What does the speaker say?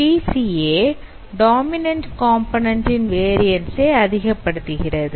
PCA PCA dominant component ன் variance ஐ அதிகப்படுத்துகிறது